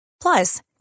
Plus